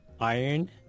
iron